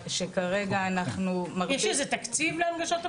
יש תקציב להנגשת המבנים?